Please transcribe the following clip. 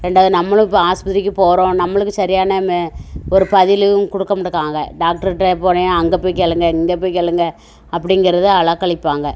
ரெண்டாவது நம்மளும் இப்போ ஆஸ்பத்திரிக்கு போகிறோம் நம்மளுக்கு சரியான ஒரு பதிலும் கொடுக்க மாட்டேங்குறாங்க டாக்டர்ட்ட போனியா அங்கே போய் கேளுங்கள் இங்கே போய் கேளுங்கள் அப்படிங்கறது அலைக்கழிப்பாங்க